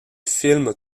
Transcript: film